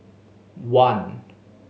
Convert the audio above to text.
one